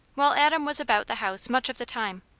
while adam was about the house much of the time.